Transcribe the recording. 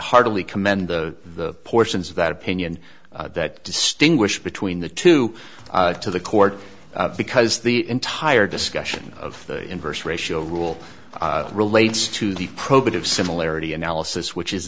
heartily commend the portions of that opinion that distinguish between the two to the court because the entire discussion of the inverse ratio rule relates to the probative similarity analysis which is